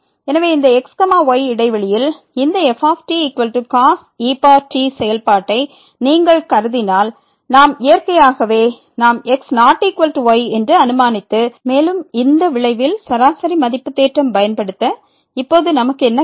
எனவே இந்த x y இடைவெளியில் இந்த ftcos e t செயல்பாட்டை நீங்கள் கருதினால் நாம் இயற்கையாகவே நாம் x≠y என்று அனுமானித்து மேலும் இந்த விளைவில் சராசரி மதிப்பு தேற்றம் பயன்படுத்த இப்போது நமக்கு என்ன கிடைக்கும்